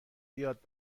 بیاد